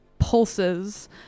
Pulses